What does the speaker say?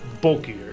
bulkier